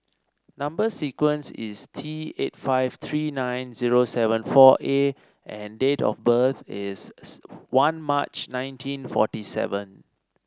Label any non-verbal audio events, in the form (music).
number sequence is T eight five three nine zero seven four A and date of birth is (unintelligible) one March nineteen forty seven